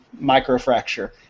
microfracture